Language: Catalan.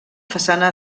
façana